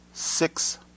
six